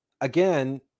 again